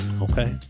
Okay